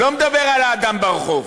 לא מדבר על האדם ברחוב.